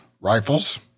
rifles